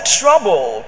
trouble